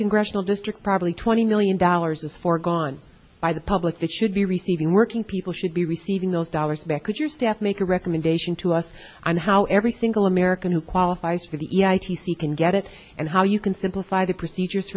congressional district probably twenty million dollars is foregone by the public that should be receiving working people should be receiving those dollars back could you step make a recommendation to us on how every single american who qualifies for the e i t c can get it and how you can simplify the procedures